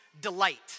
delight